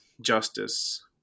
justice